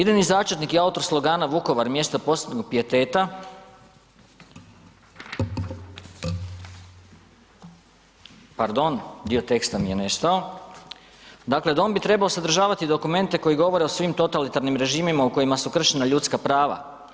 Idejni začetnik i autor slogana „Vukovar mjesto posebnog pijeteta“, pardon dio teksta mi je nestao, dakle „dom bi trebao sadržavati dokumente koji govore o svim totalitarnim režimima u kojima su kršena ljudska prava.